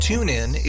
TuneIn